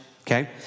Okay